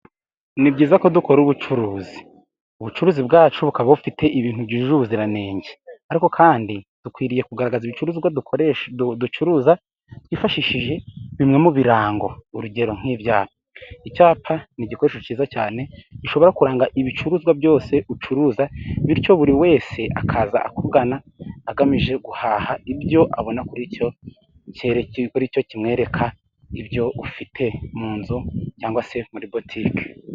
Ni byiza ko dukora ubucuruzi. Ubucuruzi bwacu bukaba bufite ibintu byujuje ubuziranenge. Ariko kandi dukwiriye kugaragaza ibicuruzwa dukoresha ducuruza. Twifashishije bimwe mu birango. Urugero nk'ibyapa. Icyapa ni igikoresho cyiza cyane gishobora kuranga ibicuruzwa byose ucuruza, bityo buri wese akaza akugana, agamije guhaha ibyo abona kuri cyo cyapa kimwereka ibyo ufite mu nzu cyangwa se ibyo ufite muri botique.